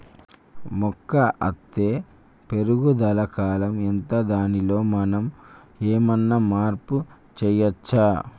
మొక్క అత్తే పెరుగుదల కాలం ఎంత దానిలో మనం ఏమన్నా మార్పు చేయచ్చా?